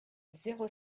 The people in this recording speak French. zéro